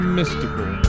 mystical